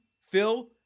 Phil